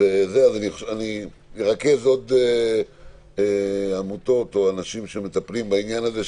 אני ארכז עוד עמותות או אנשים שמטפלים בעניין הזה,